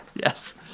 Yes